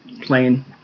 plain